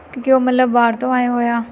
ਕਿਉਂਕਿ ਉਹ ਮਤਲਬ ਬਾਹਰ ਤੋਂ ਆਏ ਹੋਏ ਆ